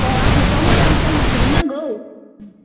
अ आङोथ' मोजां कुवालिटिखौनो नांगौ